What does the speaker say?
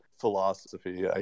philosophy